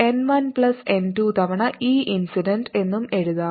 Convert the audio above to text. n 1 plus n 2 തവണ ഇ incident എന്നും എഴുതാം